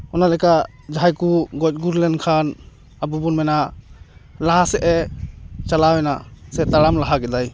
ᱚᱱᱟ ᱞᱮᱠᱟ ᱡᱟᱦᱟᱸᱭ ᱠᱚ ᱜᱚᱡ ᱜᱩᱨ ᱞᱮᱱ ᱠᱷᱟᱱ ᱟᱵᱚ ᱵᱚᱱ ᱢᱮᱱᱟ ᱞᱟᱦᱟᱥᱮᱫ ᱮ ᱪᱟᱞᱟᱣᱮᱱᱟ ᱥᱮ ᱛᱟᱲᱟᱢ ᱞᱟᱦᱟ ᱠᱮᱫᱟᱭ